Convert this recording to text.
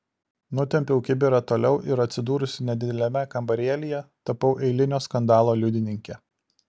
nutempiau kibirą toliau ir atsidūrusi nedideliame kambarėlyje tapau eilinio skandalo liudininke